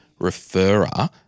referrer